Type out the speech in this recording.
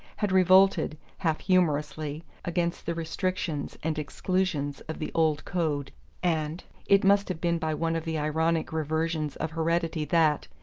had revolted, half-humorously, against the restrictions and exclusions of the old code and it must have been by one of the ironic reversions of heredity that,